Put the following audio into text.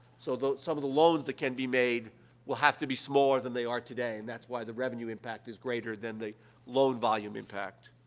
so, some of the loans that can be made will have to be smaller than they are today, and that's why the revenue impact is greater than the loan volume impact.